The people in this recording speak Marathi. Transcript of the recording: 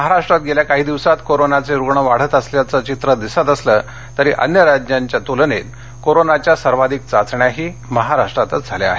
महाराष्ट्रात गेल्या काही दिवसांत कोरोनाचे रुग्ण वाढत असल्याचं चित्र दिसत असलं तरी अन्य राज्यांच्या तुलनेत कोरोनाच्या सर्वाधिक चाचण्याही महाराष्ट्रातच झाल्या आहेत